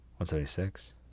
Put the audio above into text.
176